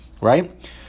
Right